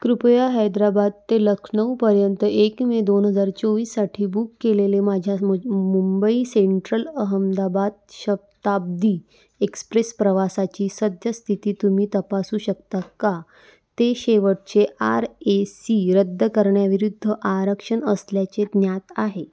कृपया हैदराबाद ते लखनौपर्यंत एक मे दोन हजार चोवीससाठी बूक केलेले माझ्यास मु मुंबई सेंट्रल अहमदाबाद शबताब्दी एक्स्प्रेस प्रवासाची सद्य स्थिती तुम्ही तपासू शकता का ते शेवटचे आर ए सी रद्द करण्याविरुद्ध आरक्षण असल्याचे ज्ञात आहे